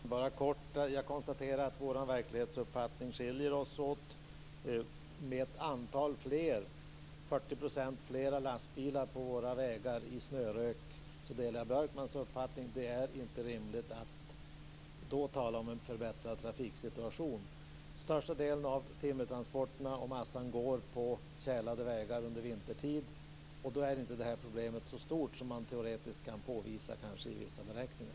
Fru talman! Bara helt kort. Jag konstaterar att våra verklighetsuppfattningar skiljer sig åt. Om vi får 40 % fler lastbilar i snörök på våra landsvägar delar jag Björkmans uppfattning att det inte är rimligt att då tala om en förbättrad trafiksituation. Större delen av timmer och massatransporterna sker vintertid på tjälade vägar, och då är det här problemet inte så stort som man kanske teoretiskt kan påvisa i vissa beräkningar.